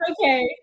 okay